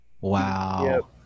Wow